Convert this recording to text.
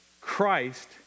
Christ